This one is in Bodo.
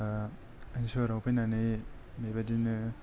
सोहोराव फैनानै बेबादिनो